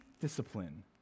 discipline